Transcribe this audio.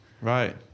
right